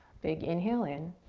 big inhale in.